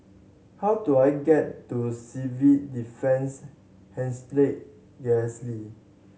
how do I get to Civil Defence